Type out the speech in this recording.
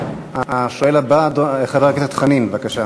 השואל הבא, חבר הכנסת חנין, בבקשה.